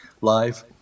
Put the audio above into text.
live